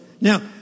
Now